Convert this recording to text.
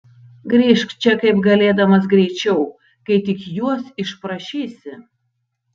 grįžk čia kaip galėdamas greičiau kai tik juos išprašysi